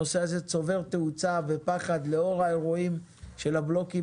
הנושא הזה צובר תאוצה ופחד לאור האירועים של הבלוקים